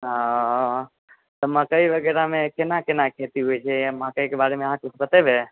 हँ त मकइ वगैरहमे केना केना खेती होइ छै मकइ के बारेमे अहाँ किछु बतेबै